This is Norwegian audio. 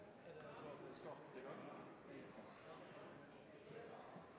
er det lagt til